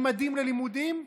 ממדים ללימודים?